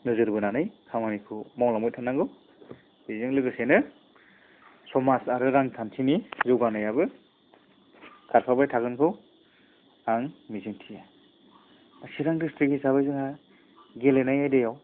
नोजोर बोनानै खामानिखौ मावलांबाय थानांगौ बेजों लोगोसेनो समाज आरो रांखान्थिनि जौगानायाबो खारफाबाय थागोनखौ आं मिजिंथियो चिरां डिस्ट्रिक्ट हिसाबै जोंहा गेलेनाय आयदायाव